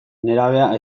nerabea